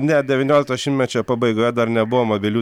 ne devyniolikto šimtmečio pabaigoje dar nebuvo mobilių